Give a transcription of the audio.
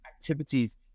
activities